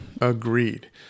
agreed